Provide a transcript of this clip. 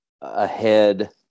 ahead